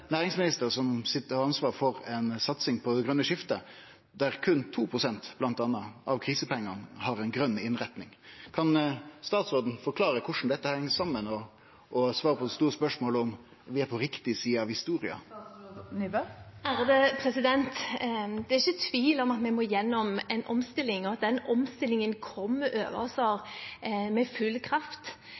næringsminister som har ansvaret for ei satsing på det grøne skiftet, der berre 2 pst. bl.a. av krisepengane har ei grøn innretning. Kan statsråden forklare korleis dette heng saman, og svare på det store spørsmålet om vi er på riktig side av historia? Det er ikke tvil om at vi må gjennom en omstilling, og at den omstillingen kommer over oss med full kraft.